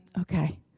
Okay